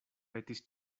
petis